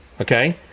Okay